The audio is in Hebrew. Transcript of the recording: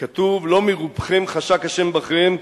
כתוב: לא מרובכם חשק ה' בכם,